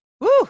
Woo